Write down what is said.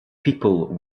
people